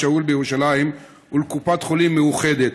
שאול בירושלים ולקופת חולים מאוחדת,